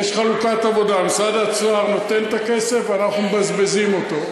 יש חלוקת עבודה: משרד האוצר נותן את הכסף ואנחנו "מבזבזים" אותו.